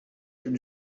plus